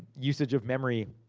usage of memory.